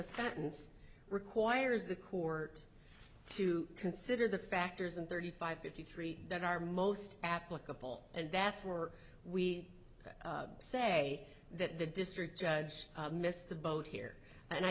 a sentence requires the court to consider the factors and thirty five fifty three that are most applicable and that's where we say that the district judge missed the boat here and i